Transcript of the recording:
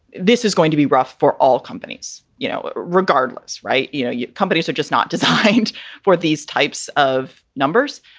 this is going to be rough for all companies, you know, regardless. right. yeah you know, companies are just not designed for these types of numbers.